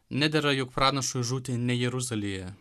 nedera juk pranašui žūti ne jeruzalėje